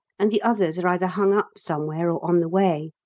and the others are either hung up somewhere or on the way.